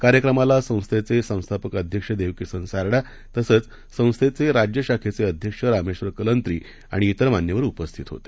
कार्यक्रमालासंस्थेचेसंस्थापकअध्यक्षदेवकिसनसारडा तसंचसंस्थेचेराज्यशाखेचेअध्यक्षरामेश्वरकलंत्रीआणि तिरमान्यवरउपस्थितहोते